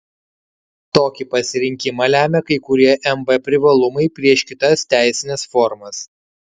tokį pasirinkimą lemia kai kurie mb privalumai prieš kitas teisines formas